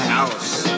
house